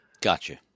gotcha